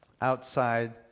outside